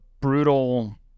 brutal